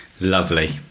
Lovely